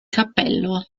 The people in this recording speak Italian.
cappello